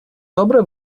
добре